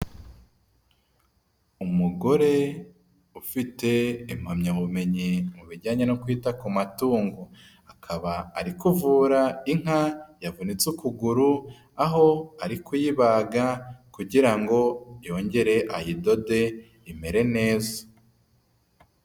Umugore ufite impamyabumenyi mu bijyanye no kwita ku matungo. Akaba ari kuvura inka yavunitse ukuguru, aho ari kuyibaga kugira ngo yongere ayidode imere neza.